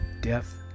death